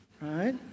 right